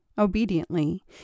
Obediently